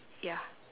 ya